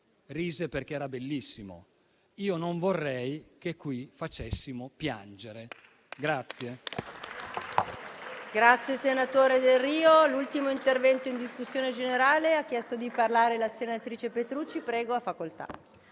rise, perché era bellissimo. Io non vorrei che qui facessimo piangere.